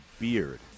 beard